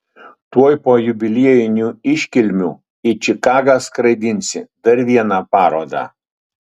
tuoj po jubiliejinių iškilmių į čikagą skraidinsi dar vieną parodą